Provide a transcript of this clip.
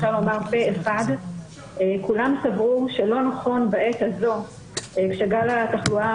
אפשר לומר פה אחד כולם סברו שלא נכון בעת הזאת שגל התחלואה